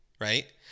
right